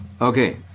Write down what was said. okay